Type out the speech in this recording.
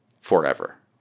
forever